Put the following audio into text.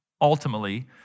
ultimately